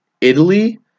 Italy